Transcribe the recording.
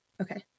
Okay